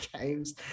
games